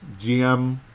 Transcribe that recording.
GM